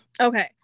Okay